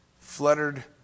Fluttered